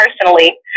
personally